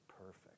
perfect